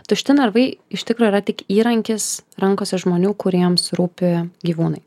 tušti narvai iš tikro yra tik įrankis rankose žmonių kuriems rūpi gyvūnai